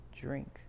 drink